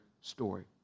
story